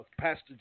Pastor